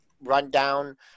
rundown